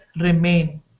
Remain